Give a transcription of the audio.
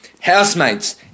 housemates